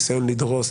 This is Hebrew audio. ניסיון לדרוס,